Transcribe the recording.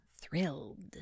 Thrilled